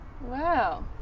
Wow